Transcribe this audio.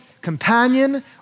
Companion